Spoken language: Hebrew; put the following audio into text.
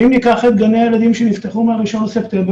אם ניקח את גני-הילדים שנפתחו ב-1 בספטמבר,